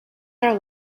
are